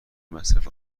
مصرف